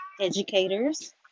educators